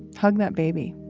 hug that baby